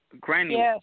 Granny